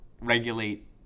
regulate—